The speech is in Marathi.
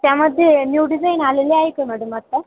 त्यामध्येे न्यू डिझईन आलेले आहे का मॅडम आता